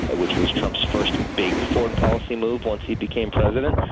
and which was trump's first big foreign policy move once he became president,